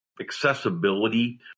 accessibility